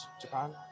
Japan